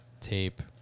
tape